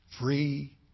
free